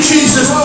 Jesus